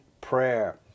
prayer